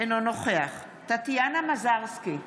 אינו נוכח טטיאנה מזרסקי,